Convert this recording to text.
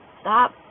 Stop